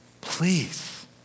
Please